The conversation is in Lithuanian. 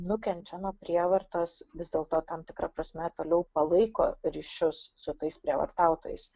nukenčia nuo prievartos vis dėlto tam tikra prasme toliau palaiko ryšius su tais prievartautojais